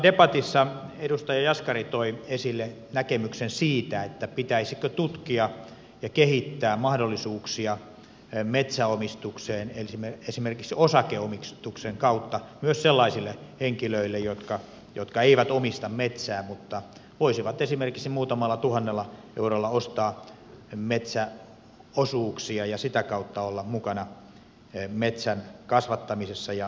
debatissa edustaja jaskari toi esille näkemyksen siitä pitäisikö tutkia ja kehittää mahdollisuuksia metsänomistukseen esimerkiksi osakeomistuksen kautta myös sellaisille henkilöille jotka eivät omista metsää mutta voisivat esimerkiksi muutamalla tuhannella eurolla ostaa metsäosuuksia ja sitä kautta olla mukana metsän kasvattamisessa ja metsäsijoittamisessa